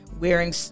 wearing